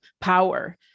power